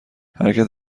حرکت